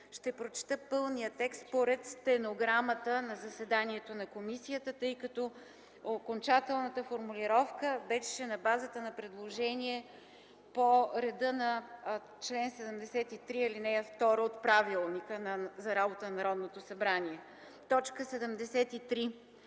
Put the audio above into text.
Ще прочета пълния текст според стенограмата от заседанието на комисията, тъй като окончателната формулировка беше на базата на предложение по реда на чл. 73, ал. 2 от Правилника за организацията и дейността на Народното събрание: „73.